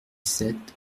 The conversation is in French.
sept